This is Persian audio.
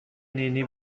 نینی